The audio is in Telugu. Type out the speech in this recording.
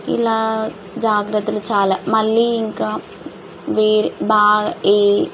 ఇలా జాగ్రత్తలు చాలా మళ్ళీ ఇంకా వే భా ఏ